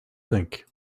think